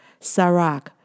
Sarak